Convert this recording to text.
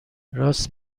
راست